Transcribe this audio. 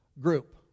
group